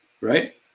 Right